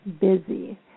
busy